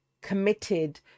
committed